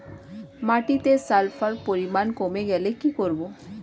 মাটিতে সালফার পরিমাণ কমে গেলে কি করব?